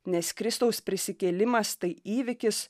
nes kristaus prisikėlimas tai įvykis